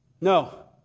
No